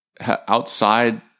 outside